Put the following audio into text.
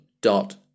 dot